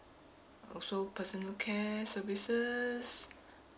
also personal care services